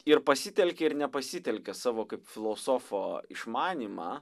ir pasitelkia ir nepasitelkia savo kaip filosofo išmanymą